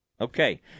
Okay